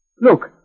Look